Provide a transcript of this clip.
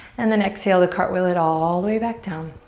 and then exhale to cartwheel it all the way back down.